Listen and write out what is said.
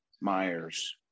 Myers